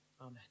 Amen